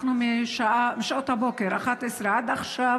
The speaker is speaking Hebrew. אנחנו משעות הבוקר, 11:00, עד עכשיו